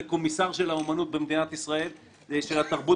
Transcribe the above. לקומיסר של האמנות במדינת ישראל ושל התרבות